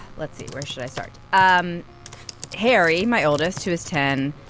let's see, where should i start? um harry, my oldest, who is ten,